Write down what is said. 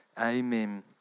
Amen